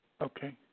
Okay